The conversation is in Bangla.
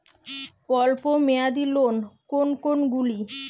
অল্প মেয়াদি লোন কোন কোনগুলি?